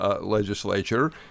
legislature